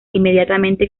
inmediatamente